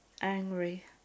angry